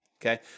okay